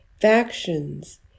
factions